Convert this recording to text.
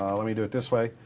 um let me do it this way.